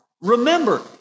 Remember